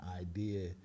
idea